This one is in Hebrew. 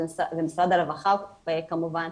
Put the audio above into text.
ומשרד הרווחה כמובן,